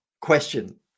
question